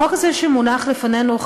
החוק הזה שמונח לפנינו,